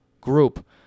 group